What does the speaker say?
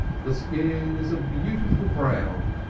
the skin is a beautiful brown,